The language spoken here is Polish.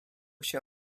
się